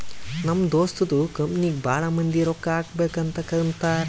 ನಮ್ ದೋಸ್ತದು ಕಂಪನಿಗ್ ಭಾಳ ಮಂದಿ ರೊಕ್ಕಾ ಹಾಕಬೇಕ್ ಅಂತ್ ಕುಂತಾರ್